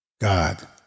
God